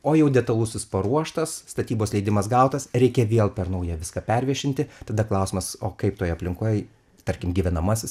o jau detalusis paruoštas statybos leidimas gautas reikia vėl per naują viską perviešinti tada klausimas o kaip toj aplinkoj tarkim gyvenamasis